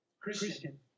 Christian